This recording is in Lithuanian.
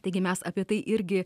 taigi mes apie tai irgi